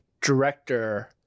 director